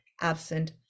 absent